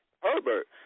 Herbert